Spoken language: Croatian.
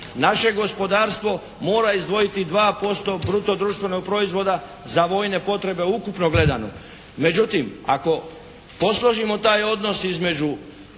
naše gospodarstvo mora izdvojiti 2% bruto društvenog proizvoda za vojne potrebe ukupno gledano. Međutim, ako posložimo taj odnos između